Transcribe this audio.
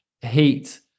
heat